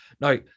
Now